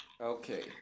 Okay